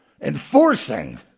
Enforcing